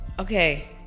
Okay